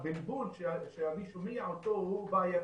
הבלבול שאני שומע אותו הוא בעייתי,